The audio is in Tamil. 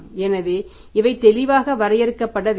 எனவே இவை தெளிவாக வரையறுக்கப்பட வேண்டும்